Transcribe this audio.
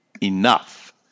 enough